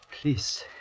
Please